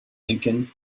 lincoln